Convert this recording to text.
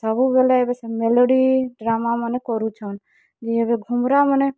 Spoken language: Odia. ସବୁବେଲେ ଏବେ ମେଲୋଡି ଡ୍ରାମା ମନେ କରୁଛନ୍ ଯେ ଏବେ ଘୁମୁରା ମନେ